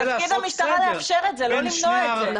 תפקיד המשטרה לאפשר את זה, לא למנוע את זה.